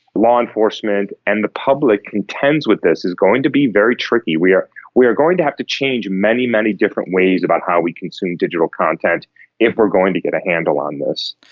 law enforcement and the public contends with this is going to be very tricky. we are we are going to have to change many, many different ways about how we consume digital content if we are going to get a handle on this.